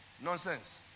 Nonsense